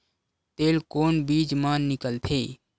तेल कोन बीज मा निकलथे?